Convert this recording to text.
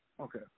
Okay